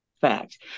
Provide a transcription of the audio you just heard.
fact